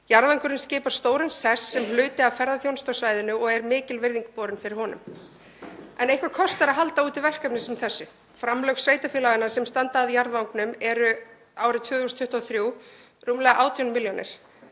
Jarðvangurinn skipar stóran sess sem hluti af ferðaþjónustu á svæðinu og er mikil virðing borin fyrir honum. En eitthvað kostar að halda úti verkefni sem þessu. Framlag sveitarfélaganna sem standa að jarðvangnum er árið 2023 rúmlega 18 milljónir,